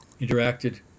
interacted